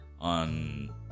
On